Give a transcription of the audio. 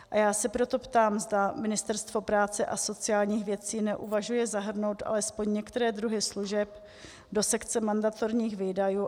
A já se proto ptám, zda Ministerstvo práce a sociálních věcí neuvažuje zahrnout alespoň některé druhy služeb do sekce mandatorních výdajů.